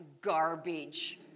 garbage